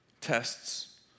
tests